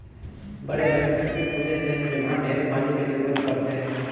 बड़े बड़े फेकटरी खुली से जेम्हा ढेरे पानी के जरूरत परथे